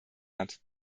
hat